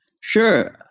Sure